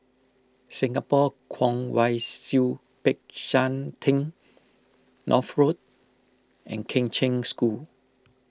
Singapore Kwong Wai Siew Peck San theng North Road and Kheng Cheng School